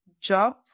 job